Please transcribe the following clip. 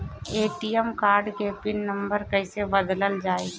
ATM card के PIN number कईसे बदलल जाई?